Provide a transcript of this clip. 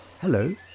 Hello